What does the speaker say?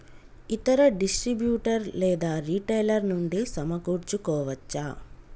ఇతర డిస్ట్రిబ్యూటర్ లేదా రిటైలర్ నుండి సమకూర్చుకోవచ్చా?